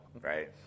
right